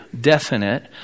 definite